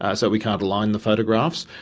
ah so we can't align the photographs.